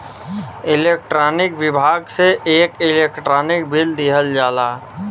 electronic विभाग से एक इलेक्ट्रानिक बिल दिहल जाला